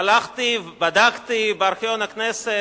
הלכתי ובדקתי בארכיון הכנסת,